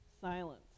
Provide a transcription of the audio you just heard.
silence